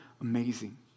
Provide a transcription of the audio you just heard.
amazing